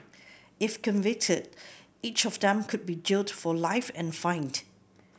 if convicted each of them could be jailed for life and fined